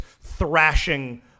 thrashing